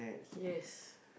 yes